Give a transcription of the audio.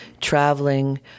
traveling